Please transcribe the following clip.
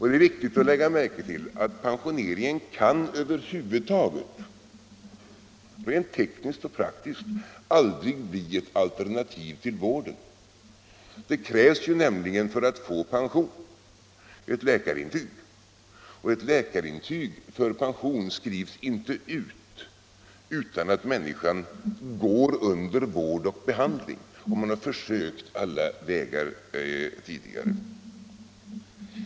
Det är viktigt att lägga märke till att pensioneringen över huvud taget rent tekniskt och praktiskt aldrig kan bli ett alternativ till vården. Det krävs nämligen för att få pension ett läkarintyg, och ett läkarintyg för pension skrivs inte utan att personen i fråga går under vård och behandling och utan att man har prövat alla utvägar.